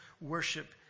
worship